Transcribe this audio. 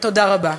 תודה רבה.